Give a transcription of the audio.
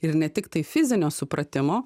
ir ne tiktai fizinio supratimo